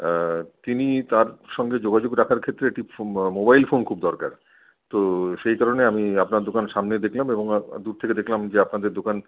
তিনি তার সঙ্গে যোগাযোগ রাখার ক্ষেত্রে একটি মোবাইল ফোন খুব দরকার তো সেই কারণেই আমি আপনার দোকানের সামনে দেখলাম এবং দূর থেকে দেখলাম যে আপনাদের দোকান